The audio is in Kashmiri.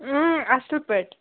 اۭں اَصٕل پٲٹھۍ